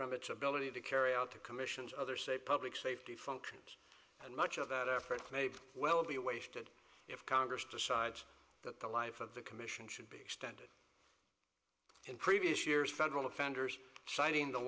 from its ability to carry out the commission's other say public safety functions and much of that effort may well be wasted if congress decides that the life of the commission should be extended in previous years federal offenders citing the